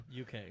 UK